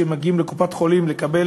שמגיעים לקופת-החולים לקבל